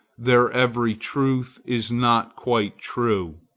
their every truth is not quite true.